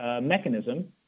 mechanism